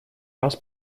раз